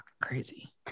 crazy